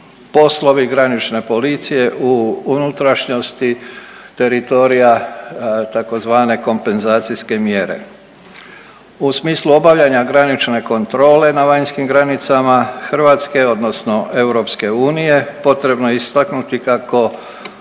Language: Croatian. poslovi granične policije u unutrašnjosti teritorija tzv. kompenzacijske mjere. U smislu obavljanja granične kontrole na vanjskim granicama Hrvatske odnosno EU potrebno je istaknuti kako